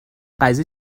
قضیه